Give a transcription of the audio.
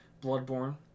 Bloodborne